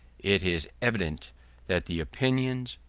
it is evident that the opinions,